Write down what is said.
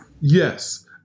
Yes